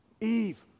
Eve